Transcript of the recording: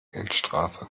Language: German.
geldstrafe